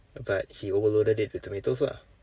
but he overloaded it with tomatoes lah